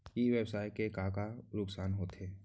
ई व्यवसाय के का का नुक़सान होथे?